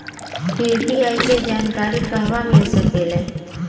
UPI के जानकारी कहवा मिल सकेले?